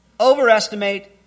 Overestimate